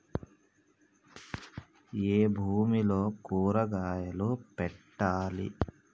ఏ భూమిలో కూరగాయలు పెట్టాలి?